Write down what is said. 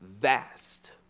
vast